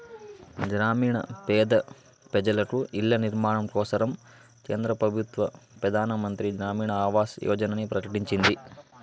గ్రామీణ పేద పెజలకు ఇల్ల నిర్మాణం కోసరం కేంద్ర పెబుత్వ పెదానమంత్రి గ్రామీణ ఆవాస్ యోజనని ప్రకటించింది